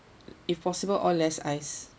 if possible all less ice